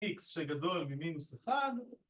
x שגדול ממינוס 1